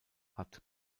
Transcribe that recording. hat